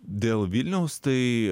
dėl vilniaus tai